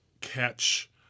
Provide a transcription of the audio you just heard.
catch